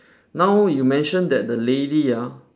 now you mention that the lady ah